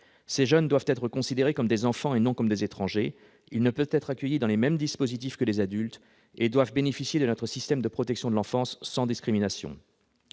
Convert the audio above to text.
Ces jeunes doivent être considérés comme des enfants et non comme des étrangers ; ils ne peuvent être accueillis dans les mêmes dispositifs que les adultes et doivent bénéficier de notre système de protection de l'enfance sans discrimination.